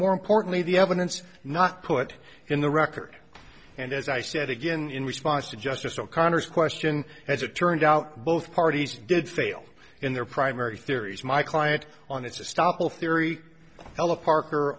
more importantly the evidence not put in the record and as i said again in response to justice o'connor's question as it turned out both parties did fail in their primary theories my client on it's a stop all theory ella parker